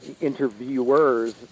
interviewers